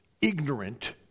ignorant